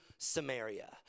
Samaria